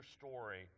story